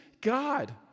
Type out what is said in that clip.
God